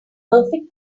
perfect